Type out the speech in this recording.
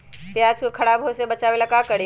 प्याज को खराब होय से बचाव ला का करी?